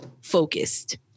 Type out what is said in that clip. focused